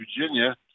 Virginia